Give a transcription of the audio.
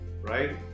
right